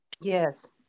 Yes